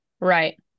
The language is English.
right